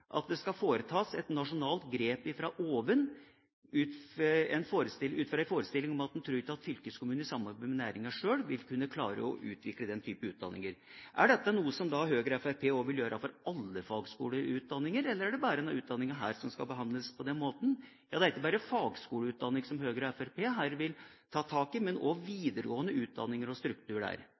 at det skal foretas et nasjonalt grep fra oven, ut fra en forestilling om at en ikke tror at fylkeskommunene i samarbeid med næringen sjøl vil klare å utvikle den type utdanninger. Er dette noe Høyre og Fremskrittspartiet vil gjøre med alle fagskoleutdanninger, eller er det bare denne utdanningen som skal behandles på den måten? Det er ikke bare fagskoleutdanning Høyre og Fremskrittspartiet vil ta tak i, men også videregående utdanninger og strukturen der.